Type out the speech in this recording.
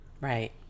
Right